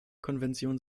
konventionen